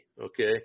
okay